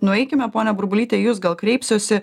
nueikime ponia burbulyte į jus gal kreipsiuosi